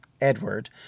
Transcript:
Edward